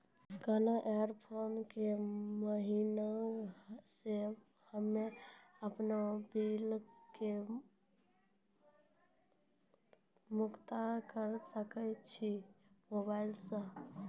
कोना ऐप्स के माध्यम से हम्मे अपन बिल के भुगतान करऽ सके छी मोबाइल से?